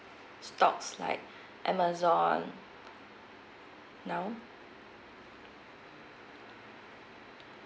stocks like amazon now